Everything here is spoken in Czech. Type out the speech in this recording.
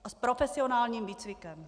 A s profesionálním výcvikem.